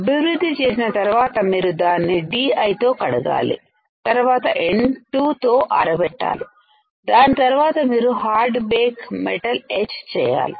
అభివృద్ధి చేసిన తరువాత మీరు దాన్నిDI తో కడగాలి తర్వాత N 2 తో ఆరబెట్టాలి దాని తర్వాత మీరు హార్డ్ బేక్ మెటల్ ఎచ్ చేయాలి